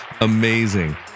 Amazing